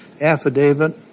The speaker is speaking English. affidavit